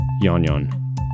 Yon-Yon